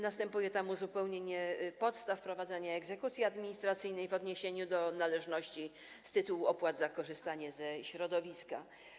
Następuje tam uzupełnienie podstaw wprowadzania egzekucji administracyjnej w odniesieniu do należności z tytułu opłat za korzystanie ze środowiska.